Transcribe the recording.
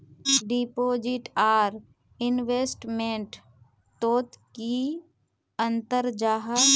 Deposit आर investment तोत की अंतर जाहा?